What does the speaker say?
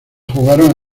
jugaron